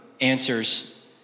answers